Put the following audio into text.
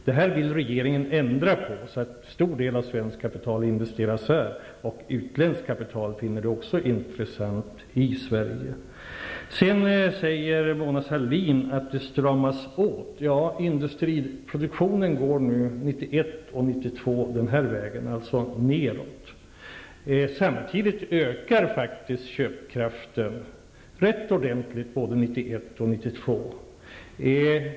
Detta vill regeringen ändra på så att en stor del av svenskt kapital investeras här och att utländskt kapital också finner det intressant att investera i Sverige. Sedan säger Mona Sahlin att det stramas åt. Ja, industriproduktionen går neråt nu 1991 och 1992. Köpkraften ökar faktiskt samtidigt rätt ordentligt både 1991 och 1992.